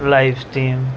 live stream